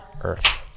earth